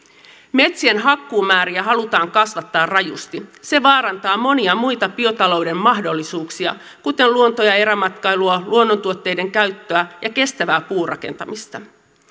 metsien hakkuumääriä halutaan kasvattaa rajusti se vaarantaa monia muita biotalouden mahdollisuuksia kuten luonto ja erämatkailua luonnontuotteiden käyttöä ja kestävää puurakentamista